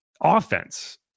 offense